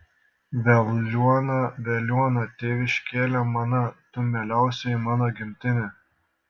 veliuona veliuona tėviškėle mana tu mieliausioji mano gimtine